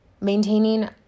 Maintaining